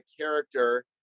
character